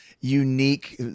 unique